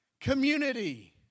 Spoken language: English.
Community